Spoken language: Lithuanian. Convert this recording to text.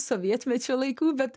sovietmečio laikų bet